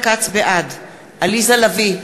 בעד עליזה לביא,